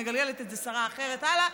מגלגלת את זה שרה אחרת הלאה,